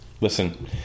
Listen